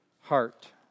heart